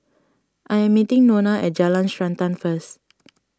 I am meeting Nona at Jalan Srantan first